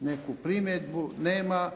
neku primjedbu? Nema.